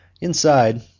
Inside